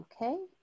Okay